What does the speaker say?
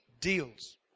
deals